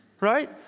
right